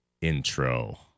intro